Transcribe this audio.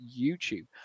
YouTube